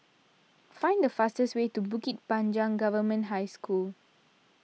find the fastest way to Bukit Panjang Government High School